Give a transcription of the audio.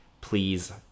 please